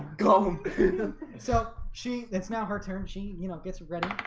kind of um so she it's now her turn. she you know gets ready